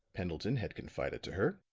pendleton had confided to her,